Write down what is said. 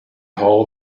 hall